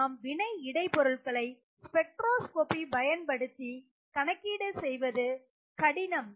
நாம் வினை இடை பொருள்களை spectroscopy பயன்படுத்தி கணக்கீடு செய்வது கடினம்